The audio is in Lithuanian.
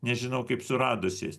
nežinau kaip su radusiais